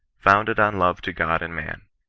founded on love to god and man.